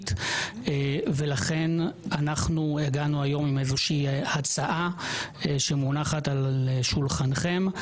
לכן הגענו היום עם איזו שהיא הצעה שמונחת על שולחנכם.